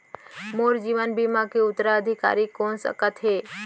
मोर जीवन बीमा के उत्तराधिकारी कोन सकत हे?